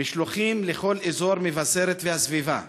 משלוחים לכל אזור מבשרת והסביבה,